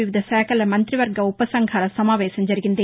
వివిధ శాఖల మంత్రివర్గ ఉపసంఘాల సమావేశం జరిగింది